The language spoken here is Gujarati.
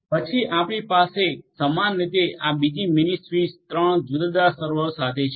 પછી આપણી પાસે સમાન રીતે આ બીજી મિનિ સ્વીચ ત્રણ જુદા જુદા સર્વરો સાથે છે